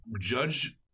judge